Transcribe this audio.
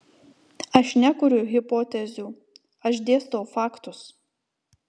aš nekuriu hipotezių aš dėstau faktus